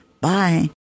Bye